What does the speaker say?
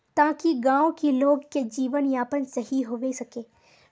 ताकि गाँव की लोग के जीवन यापन सही होबे सके?